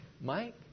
Mike